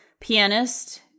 pianist